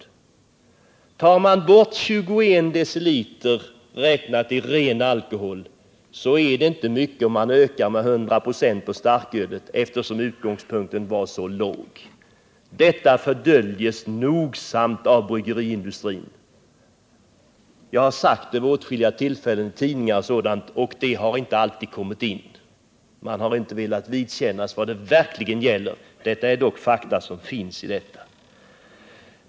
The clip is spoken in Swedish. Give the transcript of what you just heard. I och med att mellanölet avskaffades tog man alltså bort 21 dl, räknat i ren alkohol, och i jämförelse med den siffran betyder det inte så mycket att starkölskonsumtionen ökade med 100 25, eftersom utgångspunkten låg så lågt. Detta fördöljs nogsamt av bryggeriindustrin. Jag har sagt det vid åtskilliga tillfällen, t.ex. till tidningar, men det har inte alltid kommit in. Man har inte velat vidkännas vad det verkligen gäller. Detta är dock fakta.